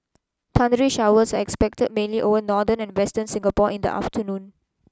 thundery showers are expected mainly over northern and western Singapore in the afternoon